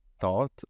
thought